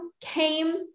came